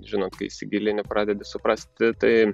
žinot kai įsigilini pradedi suprasti tai